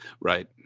Right